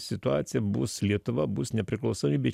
situacija bus lietuva bus nepriklausomybė